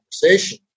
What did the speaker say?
conversation